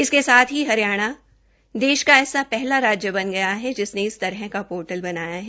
इसके साथ ही हरियाणा देश का ऐसा पहला राज्य बन गया है जिसने इस तरह का पोर्टल बनाया है